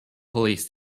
police